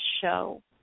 show